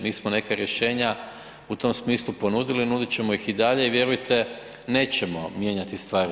Mi smo neka rješenja u tom smislu ponudili, nudit ćemo ih i dalje i vjerujte, nećemo mijenjati stvari.